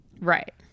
right